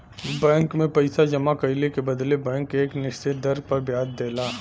bank में पइसा जमा कइले के बदले बैंक एक निश्चित दर पर ब्याज देला